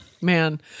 man